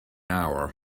hour